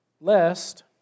lest